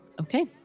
Okay